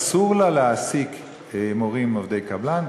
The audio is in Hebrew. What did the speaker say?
אסור לה להעסיק מורים עובדי קבלן,